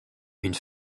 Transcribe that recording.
une